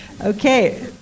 Okay